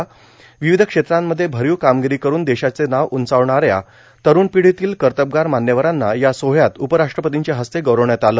र्वावध क्षेत्रांमध्ये भरोंव कार्मागरो करुन देशाचे नाव उंचावणाऱ्या तरुण र्पिदोतील कतबगार मान्यवरांना या सोहळ्यात उपराष्ट्रपतींच्या हस्ते गौरवण्यात आल